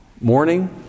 Morning